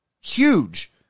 huge